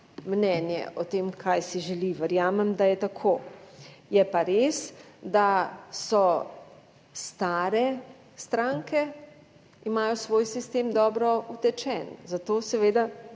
mnenje o tem, kaj si želi. Verjamem, da je tako. Je pa res, da so stare stranke imajo svoj sistem, dobro utečen, zato seveda